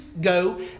go